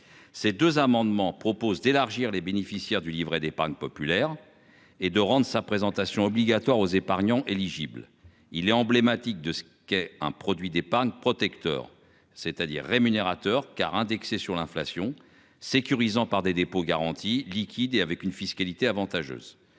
Ces deux amendements propose d'élargir les bénéficiaires du livret d'épargne populaire et de rendre sa présentation obligatoire aux épargnants éligible. Il est emblématique de ce qu'est un produit d'épargne protecteur c'est-à-dire rémunérateur car indexés sur l'inflation sécurisant par des dépôts garantis liquide et avec une fiscalité avantageuse.